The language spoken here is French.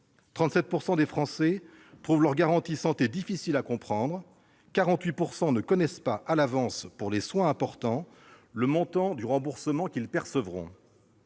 37 % des Français trouvent leur garantie santé difficile à comprendre et 48 % d'entre eux ne connaissent pas à l'avance, pour les soins importants, le montant du remboursement qu'ils percevront.